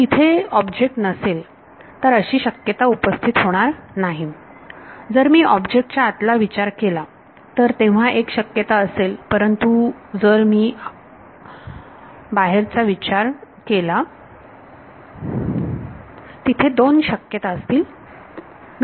जर इथे ऑब्जेक्ट नसेल तर अशी शक्यता उपस्थित होणार नाही जर मी ऑब्जेक्ट च्या आतला विचार केला तर तेव्हा एक शक्यता असेल परंतु जर मी बाहेरचा विचार केला तर तिथे दोन शक्यता असतील